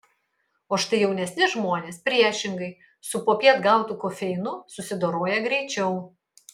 o štai jaunesni žmonės priešingai su popiet gautu kofeinu susidoroja greičiau